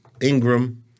Ingram